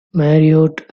marriott